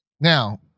now